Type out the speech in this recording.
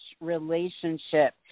relationship